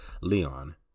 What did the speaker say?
Leon